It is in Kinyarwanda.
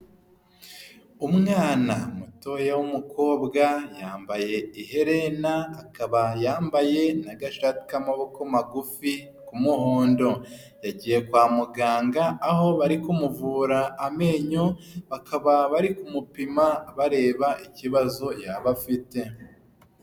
Umwana mutoya w'umukobwa yambaye iherena akaba yambaye n'agashati k'amaboko magufi kumuhondo yagiye kwa muganga aho bari kumuvura amenyo bakaba bari kumupima bareba ikibazo yaba afite.